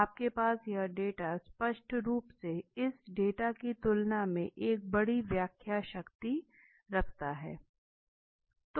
आपके पास यह डेटा स्पष्ट रूप से इस डेटा की तुलना में एक बड़ी व्याख्या शक्ति रखता है